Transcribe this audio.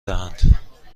دهند